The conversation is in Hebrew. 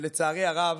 לצערי הרב,